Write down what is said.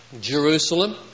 Jerusalem